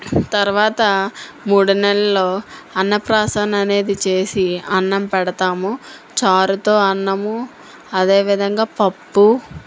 తరువాత మూడో నెలలో అన్నప్రాసనం అనేది చేసి అన్నం పెడతాము చారుతో అన్నము అదే విధంగా పప్పు